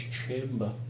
chamber